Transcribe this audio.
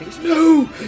No